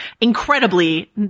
incredibly